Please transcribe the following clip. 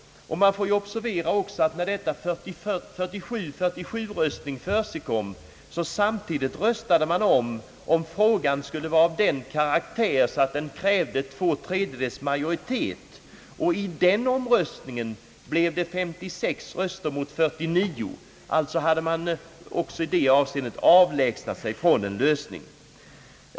Det får vidare observeras att vid samma tillfälle som 47—47-röstningen ägde rum röstade man om huruvida frågan skulle vara av sådan karaktär att den krävde två tredjedels majoritet, och i den omröstningen blev det 56 röster mot 49. Alltså hade man även i det avseendet avlägsnat sig från en lösning.